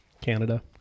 Canada